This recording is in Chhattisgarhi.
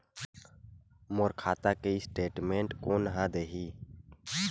मोर खाता के स्टेटमेंट कोन ह देही?